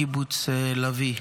מקיבוץ לביא,